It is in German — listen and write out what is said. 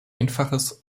einfaches